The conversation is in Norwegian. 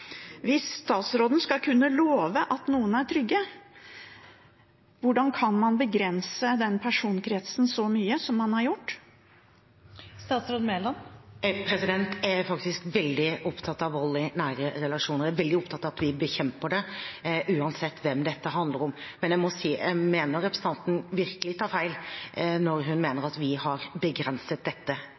Hvis statsråden skal kunne love at noen er trygge, hvordan kan man da begrense den personkretsen så mye som man har gjort? Jeg er faktisk veldig opptatt av vold i nære relasjoner. Jeg er veldig opptatt av at vi bekjemper det uansett hvem dette handler om. Men jeg mener at representanten virkelig tar feil når hun mener at vi har begrenset dette